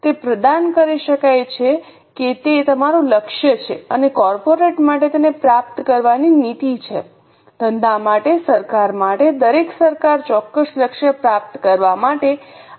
તે પ્રદાન કરી શકાય છે કે તે તમારું લક્ષ્ય છે અને કોર્પોરેટ માટે તેને પ્રાપ્ત કરવાની નીતિ છે ધંધા માટે સરકાર માટે દરેક સરકાર ચોક્કસ લક્ષ્ય પ્રાપ્ત કરવા માટે આ તકનીકનો ઉપયોગ કરે છે